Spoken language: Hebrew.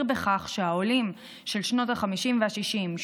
בכך שהעולים של שנות החמישים והשישים,